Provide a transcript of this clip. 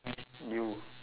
you